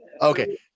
Okay